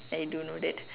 I don't know that